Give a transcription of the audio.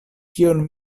kion